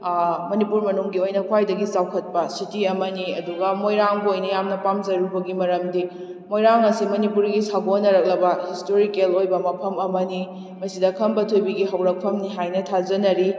ꯃꯅꯤꯄꯨꯔ ꯃꯅꯨꯡꯒꯤ ꯑꯣꯏꯅ ꯈ꯭ꯋꯥꯏꯗꯒꯤ ꯆꯥꯎꯈꯠꯄ ꯁꯤꯇꯤ ꯑꯃꯅꯤ ꯑꯗꯨꯒ ꯃꯣꯏꯔꯥꯡꯕꯨ ꯑꯩꯅ ꯌꯥꯝꯅ ꯄꯥꯝꯖꯔꯨꯕꯒꯤ ꯃꯔꯝꯗꯤ ꯃꯣꯏꯔꯥꯡ ꯑꯁꯤ ꯃꯅꯤꯄꯨꯔꯒꯤ ꯁꯥꯒꯣꯟꯅꯔꯛꯂꯕ ꯍꯤꯁꯇꯣꯔꯤꯀꯦꯜ ꯑꯣꯏꯕ ꯃꯐꯝ ꯑꯃꯅꯤ ꯃꯁꯤꯗ ꯈꯝꯕ ꯊꯣꯏꯕꯤꯒꯤ ꯍꯧꯔꯛꯐꯝꯅꯤ ꯍꯥꯏꯅ ꯊꯥꯖꯅꯔꯤ